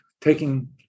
taking